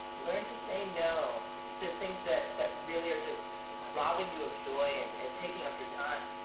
learn to say no to things that that really are just robbing you of joy and and taking up your time.